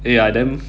eh ya then